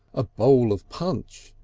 a bowl of punch,